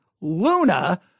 Luna